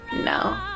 no